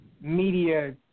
media